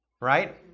right